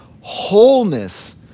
wholeness